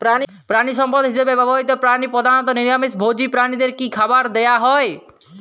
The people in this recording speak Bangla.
প্রাণিসম্পদ হিসেবে ব্যবহৃত প্রাণী প্রধানত নিরামিষ ভোজী প্রাণীদের কী খাবার দেয়া হয়?